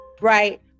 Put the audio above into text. right